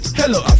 hello